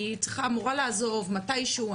היא אמורה לעזוב מתישהו.